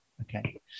Okay